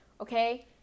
okay